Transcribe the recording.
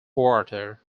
water